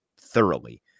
thoroughly